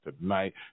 tonight